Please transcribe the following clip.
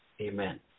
Amen